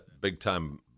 big-time